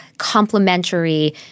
complementary